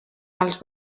els